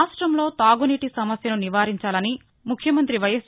రాష్టంలో తాగునీటి సమస్యను నివారించాలని ముఖ్యమంత్రి వైఎస్